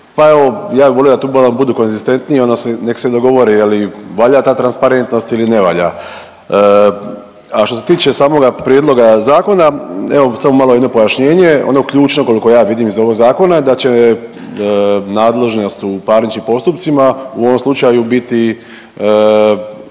Pa evo ja bih volio da malo budu konzistentniji, odnosno nek se dogovore je li valja ta transparentnost ili ne valja. A što se tiče samoga prijedloga zakona evo samo malo jedno pojašnjenje. Ono ključno koliko ja vidim iz ovog zakona da će nadležnost u parničnim postupcima u ovom slučaju biti